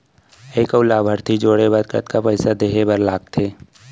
एक अऊ लाभार्थी जोड़े बर कतका पइसा देहे बर लागथे?